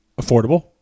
Affordable